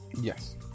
Yes